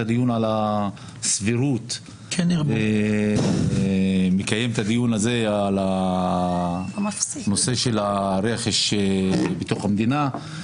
הדיון על הסבירות ומקיים את הדיון הזה על הנושא של הרכש בתוך המדינה.